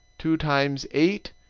two times eight,